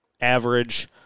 average